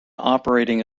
operating